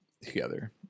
together